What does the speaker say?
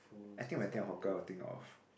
I think when I think of hawker I will think of